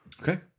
Okay